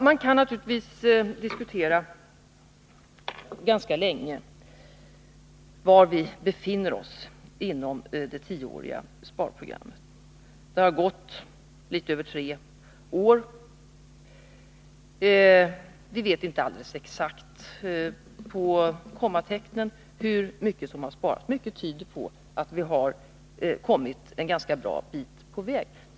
Man kan naturligtvis diskutera ganska länge var vi befinner oss inom det tioåriga sparprogrammet. Det har gått litet mer än tre år. Vi vet inte alldeles exakt på kommatecknen hur mycket som har sparats. Mycket tyder på att vi har kommit en ganska bra bit på väg.